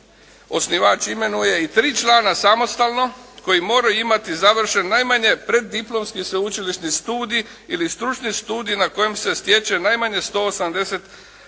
osnivač imenuje i tri člana samostalno koji moraju imati završen najmanje preddiplomski sveučilišni studij ili stručni studij na kojem se stječe najmanje 180 SCTS i